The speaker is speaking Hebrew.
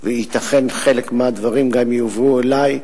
וייתכן שחלק מהדברים גם יועברו אלי,